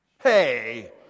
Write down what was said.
Hey